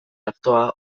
artoa